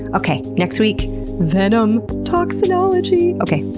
okay next week venom toxinology! okay,